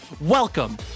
Welcome